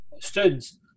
students